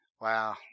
wow